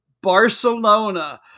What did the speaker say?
Barcelona